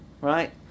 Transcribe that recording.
right